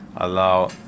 allow